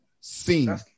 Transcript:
seen